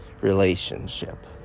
relationship